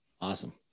Awesome